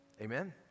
Amen